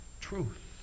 truth